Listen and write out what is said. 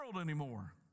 anymore